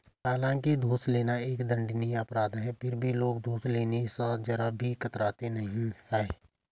हालांकि घूस लेना एक अति दंडनीय अपराध है फिर भी लोग घूस लेने स जरा भी कतराते नहीं है